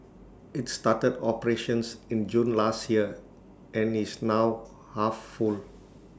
IT started operations in June last year and is now half full